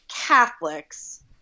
Catholics